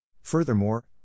Furthermore